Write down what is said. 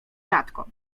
rzadko